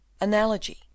analogy